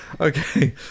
Okay